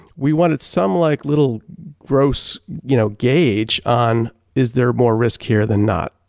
we wanted some like little gross you know gauge on is there more risk here than not.